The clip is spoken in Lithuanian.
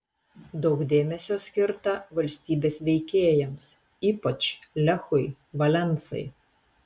daug dėmesio skirta valstybės veikėjams ypač lechui valensai